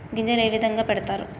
గింజలు ఏ విధంగా పెడతారు?